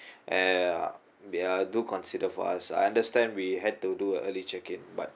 eh uh ya do consider for us I understand we had to do a early check in but